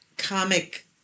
comic